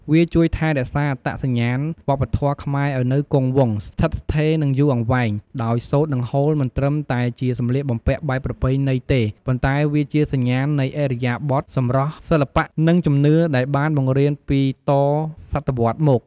វាជួយថែរក្សាអត្តសញ្ញាណវប្បធម៌ខ្មែរឱ្យនៅគង់វង្ស ស្ថិតស្ថេរ និងយូរអង្វែង ដោយសូត្រ និងហូលមិនត្រឹមតែជាសម្លៀកបំពាក់បែបប្រពៃណីទេ ប៉ុន្តែវាជាសញ្ញាណនៃឥរិយាបថ សម្រស់ សិល្បៈ និងជំនឿដែលបានបង្រៀនពីតសតវត្សរ៍មក។